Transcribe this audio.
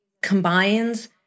combines